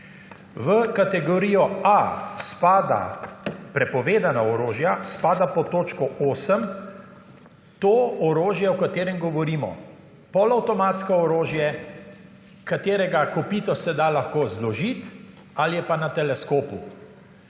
V kategorijo A spadajo prepovedana orožja, spada pod točko 8, to orožje o katerem govorimo polavtomatsko orožje, katerega kopito se da lahko zložiti ali je pa na teleskopu.